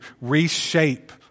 reshape